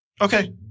Okay